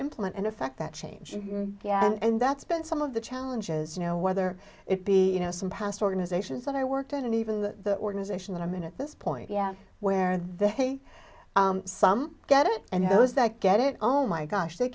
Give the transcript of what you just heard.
implement and affect that change and that's been some of the challenges you know whether it be you know some past organizations that i worked at and even the organization that i'm in at this point yeah where they some get it and those that get it oh my gosh they